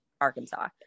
Arkansas